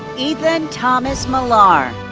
eathan thomas millar.